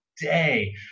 day